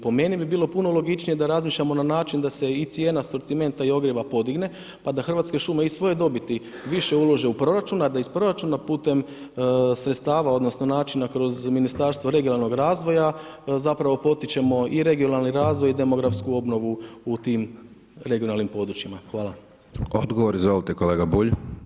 Po meni bi bilo puno logičnije da razmišljamo na način, da se i cijena sumptimenta i ogrijeva podigne, pa da hrvatske šume iz svoje dobiti više ulože u proračun, a da iz proračuna putem sredstava, odnosno, načina kroz Ministarstvo regionalnog razvoja, zapravo potičemo i regionalni razvoj i demografsku obnovu u tim regionalnim područjima.